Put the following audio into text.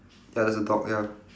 ya there's a dog ya